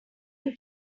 time